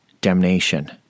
damnation